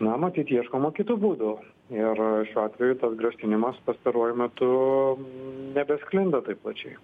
na matyt ieškoma kitų būdų ir šiuo atveju tas grasinimas pastaruoju metu nebesklinda taip plačiai